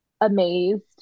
amazed